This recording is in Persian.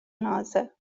نازه